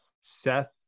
Seth